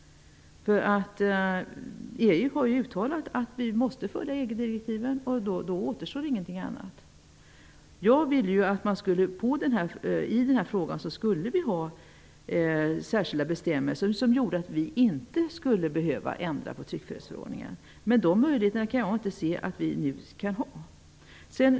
EU har ju uttalat att vi måste följa EG-direktiven och då återstår ingenting annat. Jag ville att vi skulle ha särskilda bestämmelser som gjorde att vi inte skulle behöva ändra på tryckfrihetsförordningen. Men nu ser jag inte att vi har de möjligheterna.